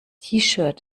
shirt